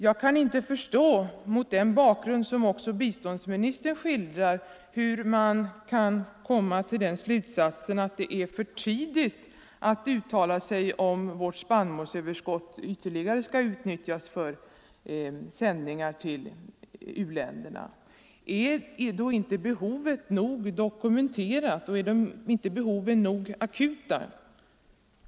Jag kan inte förstå, mot den bakgrund som också biståndsministern skildrar, hur man kan komma till slutsatsen att det är för tidigt att uttala sig om huruvida vårt spannmålsöverskott ytterligare skall utnyttjas för sändningar till u-länderna. Är då inte behoven nog dokumenterade och är inte behoven nog akuta?